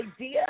idea